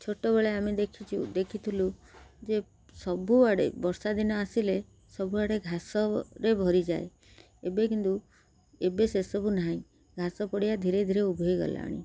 ଛୋଟବେଳେ ଆମେ ଦେଖିଛୁ ଦେଖିଥିଲୁ ଯେ ସବୁଆଡ଼େ ବର୍ଷା ଦିନ ଆସିଲେ ସବୁଆଡ଼େ ଘାସରେ ଭରିଯାଏ ଏବେ କିନ୍ତୁ ଏବେ ସେସବୁ ନାହିଁ ଘାସ ପଡ଼ିଆ ଧୀରେ ଧୀରେ ଉଭାଇ ଗଲାଣି